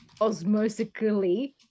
osmosically